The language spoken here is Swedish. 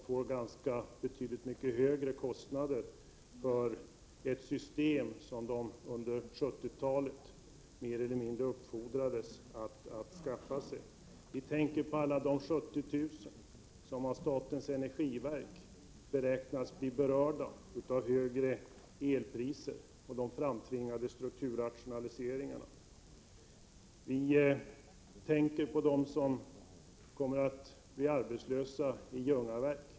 1987/88:135 får mycket högre kostnader för ett system som de under 1970-talet mer eller Vi tänker på de 70 000 som av statens energiverk beräknas bli berörda av högre elpriser och de framtvingade strukturrationaliseringarna. Vi tänker på dem som kommer att bli arbetslösa i Ljungaverk.